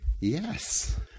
Yes